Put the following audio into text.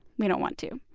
we don't want to.